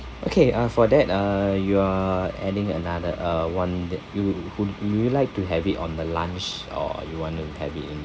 okay uh for that uh you are adding another uh [one] that you who would you like to have it on the lunch or you want to have it in